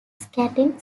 skating